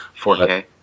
4K